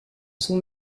son